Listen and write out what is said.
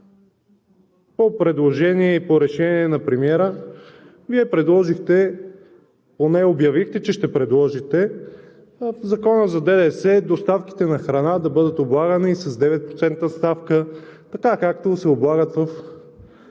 по предложение и по решение на премиера Вие предложихте, поне обявихте, че ще предложите, в Закона за ДДС доставките на храна да бъдат облагани с 9% ставка – така, както се облагат при